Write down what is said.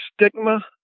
stigma